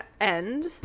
end